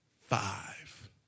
Five